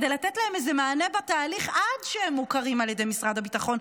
כדי לתת להם איזה מענה בתהליך עד שהם מוכרים על ידי משרד הביטחון,